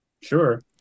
Sure